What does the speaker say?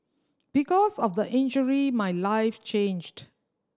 because of the injury my life changed